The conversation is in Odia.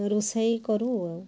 ରୋଷେଇ କରୁ ଆଉ